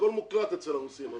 הכול מוקלט אצל הרוסים.